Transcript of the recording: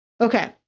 Okay